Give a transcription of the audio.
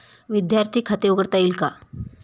विद्यार्थी खाते उघडता येईल का?